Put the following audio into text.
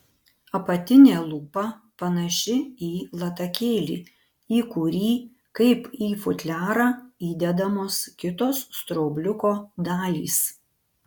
apatinė lūpa panaši į latakėlį į kurį kaip į futliarą įdedamos kitos straubliuko dalys